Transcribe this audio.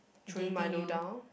throwing Milo down